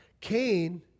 Cain